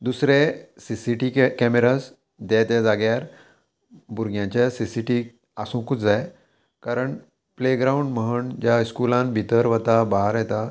दुसरे C C T के cameras त्या जाग्यार भुरग्यांच्या सी सी टी आसूंकूच जाय कारण प्लेग्रावंड म्हण ज्या स्कुलान भितर वता भार येता